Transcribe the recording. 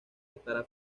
estará